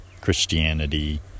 Christianity